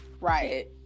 right